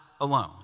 alone